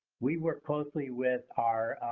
we work closely with our